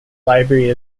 library